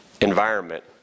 environment